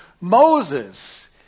Moses